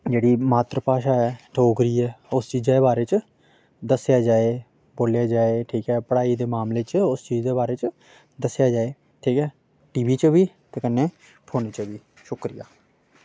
जेह्ड़ी मात्तर भाशा ऐ डोगरी ऐ उस चीज़ै दे बारे च दस्सेआ जाए बोल्लेआ जाए ठीक ऐ पढ़ाई दे मामले च उस चीज दे बारे च दस्सेआ जाए ठीक ऐ टी वी च बी ते कन्नै फोन च बी शुक्रिया